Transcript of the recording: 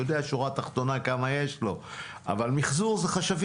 הוא יודע כמה יש לו בשורה התחתונה אבל מיחזור זה חשבים,